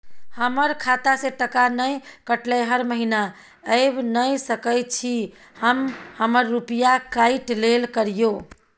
हमर खाता से टका नय कटलै हर महीना ऐब नय सकै छी हम हमर रुपिया काइट लेल करियौ?